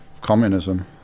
communism